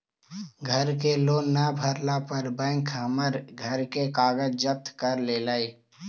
घर के लोन न भरला पर बैंक हमर घर के कागज जब्त कर लेलई